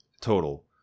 total